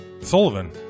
Sullivan